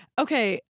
Okay